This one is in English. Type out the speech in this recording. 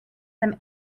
some